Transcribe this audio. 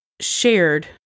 shared